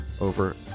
over